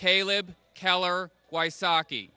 caleb keller why saki